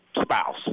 spouse